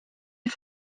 die